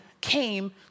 came